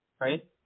right